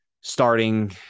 starting